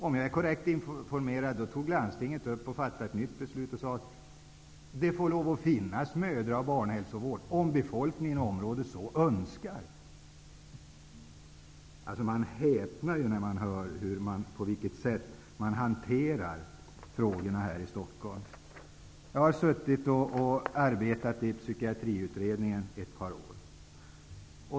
Om jag är korrekt informerad fattade landstinget då ett nytt beslut, där man sade att det får finnas mödra och barnhälsovård, om befolkningen i området så önskar. Man häpnar när man hör på vilket sätt frågorna hanteras här i Stockholm! Jag har arbetat i Psykiatriutredningen i ett par år.